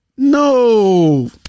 no